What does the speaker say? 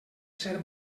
ser